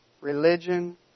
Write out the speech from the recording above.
religion